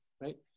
right